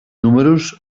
números